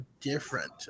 different